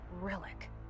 Relic